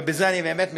ובזה אני באמת מסיים,